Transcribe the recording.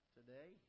today